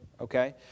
okay